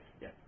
Yes